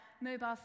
mobile